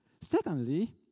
Secondly